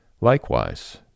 Likewise